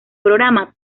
programa